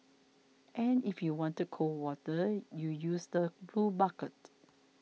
and if you wanted cold water you use the blue bucket